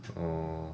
orh